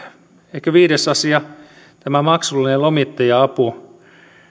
ehkä viides asia tämä maksullinen lomittaja apu